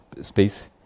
space